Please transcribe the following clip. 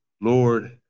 Lord